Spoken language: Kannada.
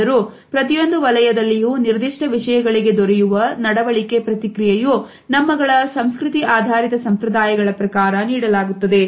ಆದರೂ ಪ್ರತಿಯೊಂದು ವಲಯದಲ್ಲಿಯೂ ನಿರ್ದಿಷ್ಟ ವಿಷಯಗಳಿಗೆ ದೊರೆಯುವ ನಡವಳಿಕೆ ಪ್ರತಿಕ್ರಿಯೆಯು ನಮ್ಮಗಳ ಸಂಸ್ಕೃತಿ ಆಧಾರಿತ ಸಂಪ್ರದಾಯಗಳ ಪ್ರಕಾರ ನೀಡಲಾಗುತ್ತದೆ